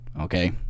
okay